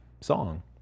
song